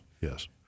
yes